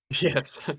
Yes